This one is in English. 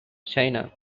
china